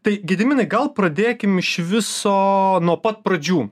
tai gediminai gal pradėkim iš viso nuo pat pradžių